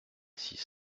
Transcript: six